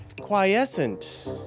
quiescent